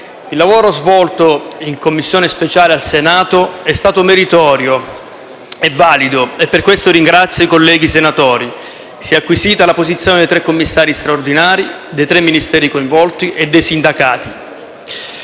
Il lavoro svolto in Commissione speciale al Senato è stato meritorio e valido e per questo ringrazio i colleghi senatori. Si è acquisita la posizione dei tre commissari straordinari, dei tre Ministeri coinvolti e dei sindacati.